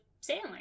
sailing